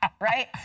right